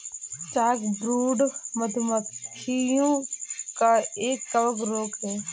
chalkbrood, मधु मक्खियों का एक कवक रोग है